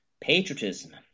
patriotism